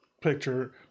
picture